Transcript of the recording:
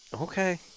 Okay